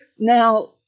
Now